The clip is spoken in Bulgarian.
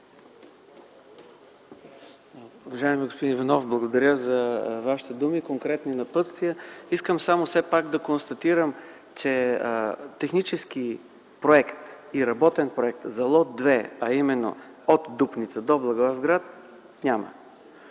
Уважаеми господин Иванов, благодаря за Вашите думи и конкретни въпроси. Искам само все пак да констатирам, че технически проект и работен проект за лот 2, а именно от Дупница до Благоевград, няма.